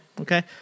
okay